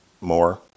more